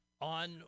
On